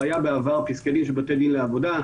היו בעבר פסקי דין של בתי דין לעבודה,